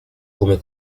come